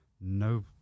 No